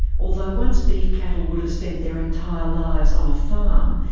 although once beef cattle would have spent their entire lives on a farm,